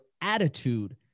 attitude